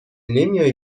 نمیای